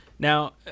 Now